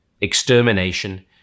extermination